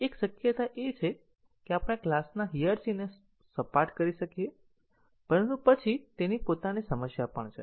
એક શક્યતા એ છે કે આપણે ક્લાસના હયરરકી ને સપાટ કરી શકીએ પરંતુ પછી તેની પોતાની સમસ્યા પણ છે